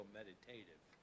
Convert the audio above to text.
meditative